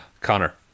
Connor